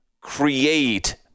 create